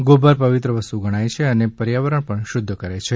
ગોબર પવિત્ર વસ્તુ ગણાય છે અને પર્યાવરણ પણ શુદ્ધ કરે છે